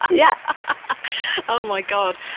yeah ah oh, my god.